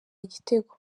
igitego